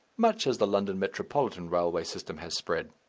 much as the london metropolitan railway system has spread.